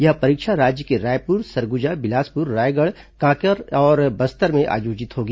यह परीक्षा राज्य के रायपुर सरगुजा बिलासपुर रायगढ़ कांकेर और बस्तर में आयोजित होगी